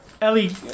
Ellie